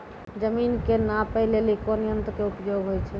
जमीन के नापै लेली कोन यंत्र के उपयोग होय छै?